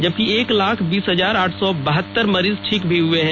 जबकि एक लाख बीस हजार आठ सौ बहत्तर मरीज ठीक हुए हैं